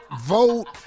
vote